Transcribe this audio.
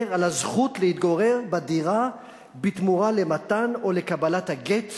על הזכות להתגורר בדירה בתמורה למתן או לקבלת הגט,